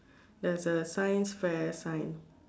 there's a science fair sign